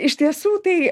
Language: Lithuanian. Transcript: iš tiesų tai